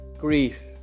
Grief